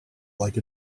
like